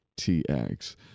TX